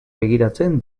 begiratzen